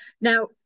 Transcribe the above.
now